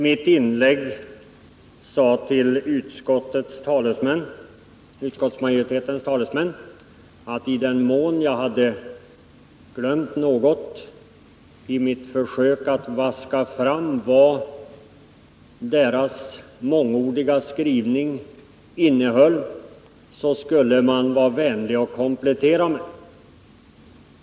Herr talman! I mitt inlägg sade jag till utskottsmajoritetens talesmän att i den mån jag hade glömt något i mitt försök att vaska fram vad deras mångordiga skrivning innehöll skulle man vara vänlig att komplettera mig.